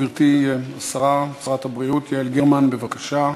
גברתי שרת הבריאות יעל גרמן, בבקשה.